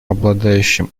обладающим